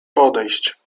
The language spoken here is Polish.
podejść